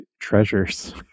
treasures